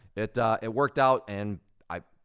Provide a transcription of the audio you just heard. it it worked out and i,